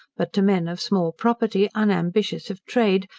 but to men of small property, unambitious of trade,